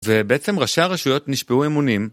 ובעצם ראשי הרשויות נשבעו אמונים.